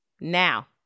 now